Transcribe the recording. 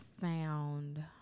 sound